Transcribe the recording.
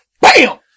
bam